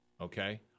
okay